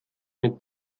mit